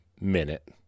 minute